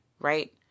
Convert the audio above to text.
right